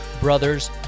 Brothers